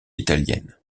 italiennes